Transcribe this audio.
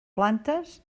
plantes